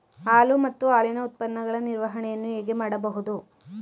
ಹಾಲು ಮತ್ತು ಹಾಲಿನ ಉತ್ಪನ್ನಗಳ ನಿರ್ವಹಣೆಯನ್ನು ಹೇಗೆ ಮಾಡಬಹುದು?